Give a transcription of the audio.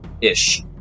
ish